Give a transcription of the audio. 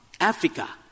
Africa